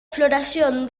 floración